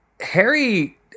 Harry